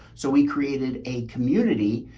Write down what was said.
so we created a community,